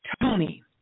Tony